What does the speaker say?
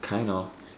kind of